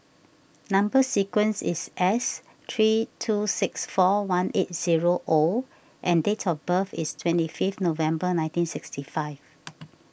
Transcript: Number Sequence is S three two six four one eight zero O and date of birth is twenty fifth November nineteen sixty five